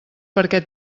perquè